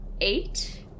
eight